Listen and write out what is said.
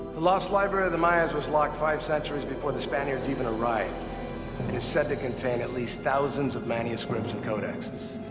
the lost library of the mayans was lost five centuries before the spaniards even arrived. it is said to contain at least thousands of manuscripts and codices.